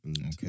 Okay